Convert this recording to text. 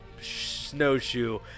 snowshoe